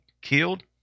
killed